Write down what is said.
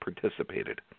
participated